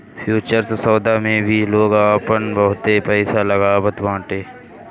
futures सौदा मे भी लोग आपन बहुते पईसा लगावत बाटे